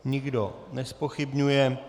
Nikdo nezpochybňuje.